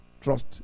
Trust